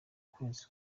kwezi